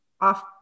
off